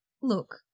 look